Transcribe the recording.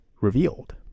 revealed